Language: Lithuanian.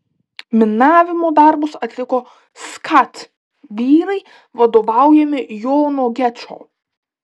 minavimo darbus atliko skat vyrai vadovaujami jono gečo